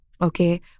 Okay